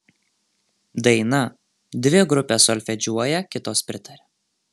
daina dvi grupės solfedžiuoja kitos pritaria